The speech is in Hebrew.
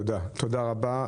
תודה רבה.